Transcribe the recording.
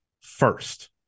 first